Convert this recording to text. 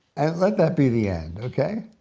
and let that be the end, okay?